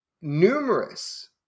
numerous